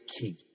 key